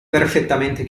perfettamente